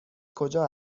کجا